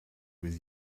with